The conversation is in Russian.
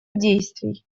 действий